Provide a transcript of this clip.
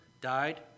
died